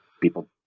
People